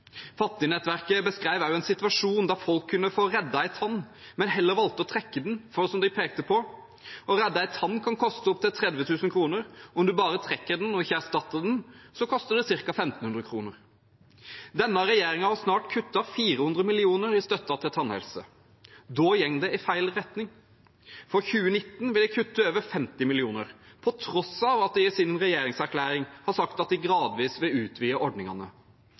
Fattignettverket beskrev også en situasjon der folk kunne få reddet en tann, men heller valgte å trekke den. For som de pekte på: Å redde en tann kan koste opptil 30 000 kroner, men om man bare trekker den, ikke erstatter den, koster det ca. 1 500 kroner. Denne regjeringen har snart kuttet 400 mill. kr i støtten til tannhelse. Da går det i feil retning. For 2019 vil de kutte over 50 mill. kr, på tross av at de i sin regjeringserklæring har sagt at de gradvis vil utvide ordningene.